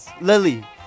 Lily